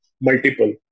multiple